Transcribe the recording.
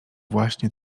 właśnie